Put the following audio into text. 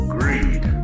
Greed